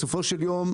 בסופו של יום,